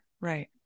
Right